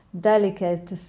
delicate